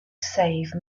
save